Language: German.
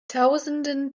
tausenden